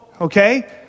okay